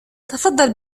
تفضل